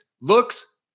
looks